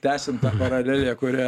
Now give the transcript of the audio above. tčsiant tą paralelę kurią